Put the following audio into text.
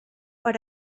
per